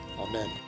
Amen